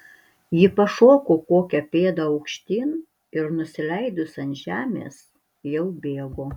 ji pašoko kokią pėdą aukštyn ir nusileidus ant žemės jau bėgo